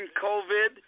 covid